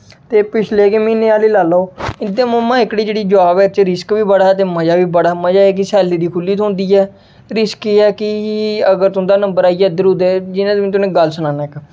ते पिछले गै म्हीनें हाली लाई लैओ इं'दे मुंहां एह्कड़ी जेह्की जॉब ऐ रिस्क बी बड़ा ऐ ते मजा बी बड़ा मजा एह् ऐ कि सैलरी खु'ल्ली थ्होंदी ऐ रिस्क एह् ऐ कि अगर तुं'दा नंबर आइया इद्धर उद्धर जि'यां तुं'दे नै गल्ल सनाना इक